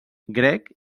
grec